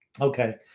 Okay